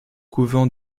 couvent